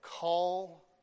call